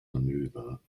manöver